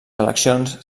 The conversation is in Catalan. eleccions